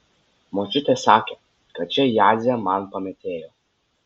močiutė sakė kad čia jadzė man pametėjo